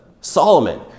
Solomon